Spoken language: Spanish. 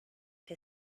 que